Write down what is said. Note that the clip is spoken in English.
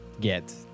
get